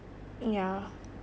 yeah